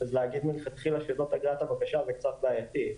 אז להגיד מלכתחילה שזאת אגרת הבקשה זה קצת בעייתי.